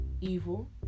Evil